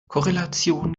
korrelation